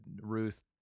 Ruth